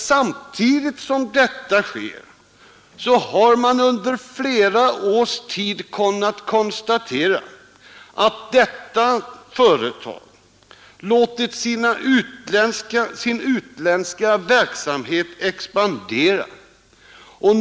Samtidigt som detta sker har man under flera års tid kunnat konstatera att detta företag låtit sina utländska verksamheter expandera.